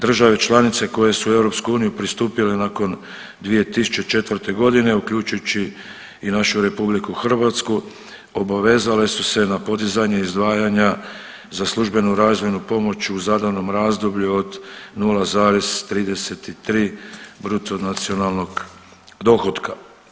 Države članice koje su u EU pristupile nakon 2004. godine uključujući našu RH obavezale su se na podizanje izdvajanja za službenu razvojnu pomoć u zadanom razdoblju od 0,33 bruto nacionalnog dohotka.